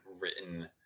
written